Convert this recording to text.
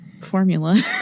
Formula